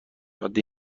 عادی